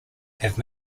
have